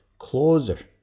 closer